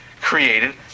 created